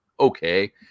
okay